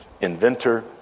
inventor